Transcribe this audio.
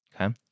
Okay